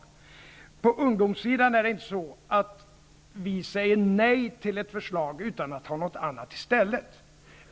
När det gäller ungdomssidan är det inte så, att vi säger nej till ett förslag utan att ha något annat i stället.